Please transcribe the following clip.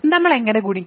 നമ്മൾ എങ്ങനെ ഗുണിക്കും